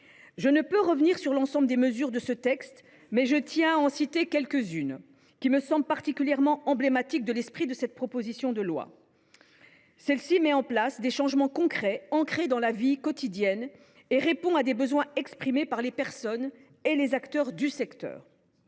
Je ne pourrai revenir sur l’ensemble des mesures de ce texte, mais je tiens à en citer quelques unes, particulièrement emblématiques de l’esprit de cette proposition de loi, qui met en place des changements concrets, ancrés dans la vie quotidienne, et qui répond à des besoins exprimés par les personnes et les acteurs du secteur.